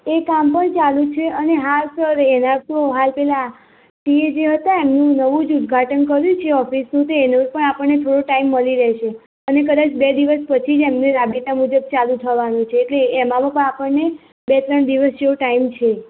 એક કામ પણ ચાલું જ છે અને હાલ સર એનાં તો હાલ પેલા સી એ જે હતા એમનું નવું જ ઉદ્ઘાટન કર્યું છે ઓફીસનું તો એનો પણ આપણને થોડો ટાઈમ મળી રહેશે અને કદાચ બે દીવસ પછી જ એમને રાબેતા મુજબ ચાલું થવાનું છે એટલે એમાં પા આપણને બે ત્રણ દિવસ જેવો ટાઈમ છે